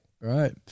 Right